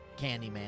Candyman